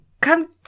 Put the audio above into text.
Come